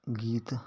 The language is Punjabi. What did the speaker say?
ਗੀਤ